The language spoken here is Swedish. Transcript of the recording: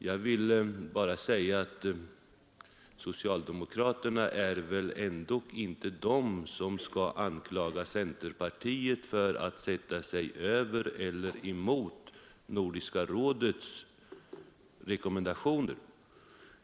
Jag vill bara säga att socialdemokraterna är väl ändock inte de som skall anklaga centerpartiet för att sätta sig över eller gå emot Nordiska rådets rekommendationer.